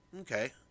Okay